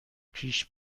پیش